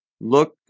look